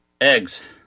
Eggs